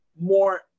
more